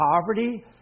poverty